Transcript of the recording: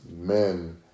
men